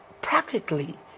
practically